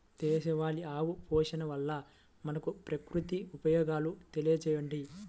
దేశవాళీ ఆవు పోషణ వల్ల మనకు, ప్రకృతికి ఉపయోగాలు తెలియచేయండి?